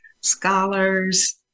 scholars